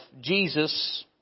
Jesus